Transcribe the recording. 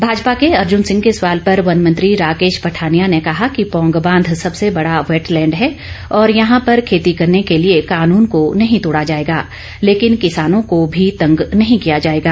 भाजपा के अर्जुन सिंह के सवाल पर वन मंत्री राकेश पठानिया ने कहा कि पौंग बांध सबसे बड़ा वेटलैंड है और यहां पर खेती करने के लिए कानून को नहीं तोड़ा जाएगा लेकिन किसानों को भी तंग नहीं किया जाएगा